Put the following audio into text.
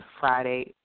Friday